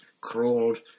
crawled